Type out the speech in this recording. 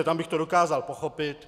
Tam bych to dokázal pochopit.